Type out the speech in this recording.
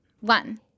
one